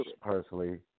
personally